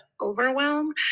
overwhelm